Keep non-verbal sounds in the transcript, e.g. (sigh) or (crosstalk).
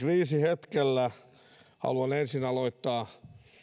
(unintelligible) kriisihetkellä haluan ensin aloittaa